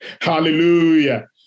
Hallelujah